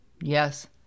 Yes